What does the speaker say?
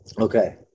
Okay